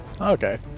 Okay